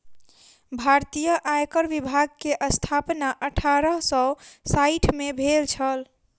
भारतीय आयकर विभाग के स्थापना अठारह सौ साइठ में भेल छल